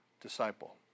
disciple